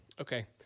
Okay